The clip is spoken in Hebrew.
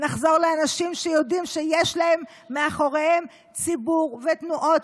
נחזור לאנשים שיודעים שיש מאחוריהם ציבור ותנועות